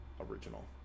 original